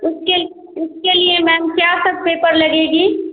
उसके ल उसके लिए मैम क्या सब पेपर लगेंगे